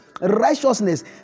righteousness